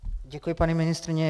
Děkuji, paní ministryně.